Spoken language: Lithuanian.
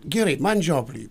gerai man žiopliui